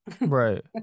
Right